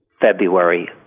February